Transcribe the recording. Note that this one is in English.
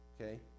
okay